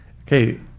okay